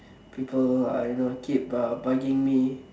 people I know keep uh bugging me